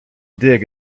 dig